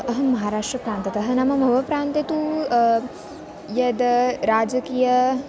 अहं महाराष्ट्रप्रान्ततः नाम मम प्रान्ते तु यद् राजकीयम्